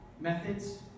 methods